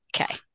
Okay